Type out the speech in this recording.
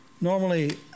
Normally